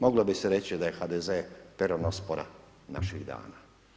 Moglo bi se reći da je HDZ-e peronospora naših dana.